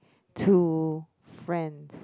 to friends